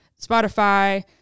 Spotify